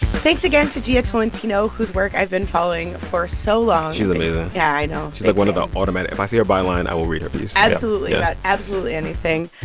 thanks again to jia tolentino, whose work i've been following for so long she's amazing yeah. i know she's like one of the automatic if i see her byline, i will read her piece. yeah absolutely yeah absolutely anything.